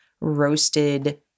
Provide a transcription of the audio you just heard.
roasted